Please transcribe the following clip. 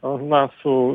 ar na su